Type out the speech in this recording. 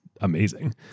amazing